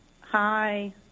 Hi